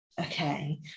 Okay